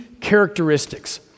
characteristics